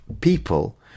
people